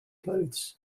clothes